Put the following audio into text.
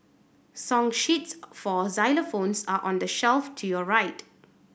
song sheets for xylophones are on the shelf to your right